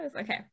Okay